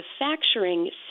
manufacturing